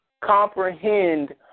comprehend